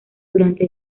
durante